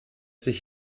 sich